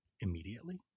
immediately